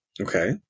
Okay